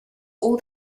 all